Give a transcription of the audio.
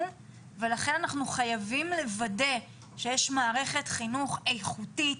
ולכן אנחנו חייבים לוודא שיש מערכת חינוך איכותית,